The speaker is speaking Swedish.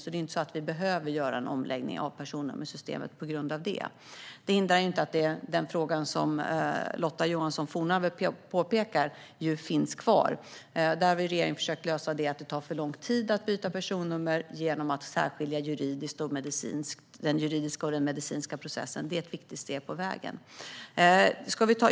Vi behöver alltså inte göra någon omläggning av personnummersystemet på grund av detta. Det hindrar dock inte att den fråga som Lotta Johnsson Fornarve tar upp kvarstår. Regeringen har försökt att lösa problemet med att det tar för lång tid att byta personnummer genom att särskilja den juridiska och den medicinska processen. Det är ett viktigt steg på vägen.